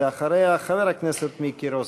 ואחריה חבר הכנסת מיקי רוזנטל.